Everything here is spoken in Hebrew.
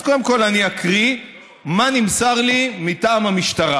אז קודם כול אני אקריא מה נמסר לי מטעם המשטרה,